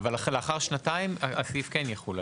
אבל לאחר שנתיים הסעיף כן יחול עליהם?